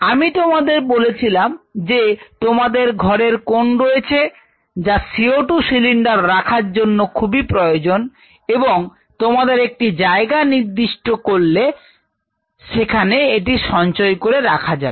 আমি তোমাদের বলেছিলাম যে তোমাদের ঘরেরকোন রয়েছে যা CO 2 সিলিন্ডার রাখার জন্য খুবই প্রয়োজন এবং তোমাদের একটি জায়গা নিশ্চিত করলে সেখানে এটি সঞ্চয় করে রাখা যাবে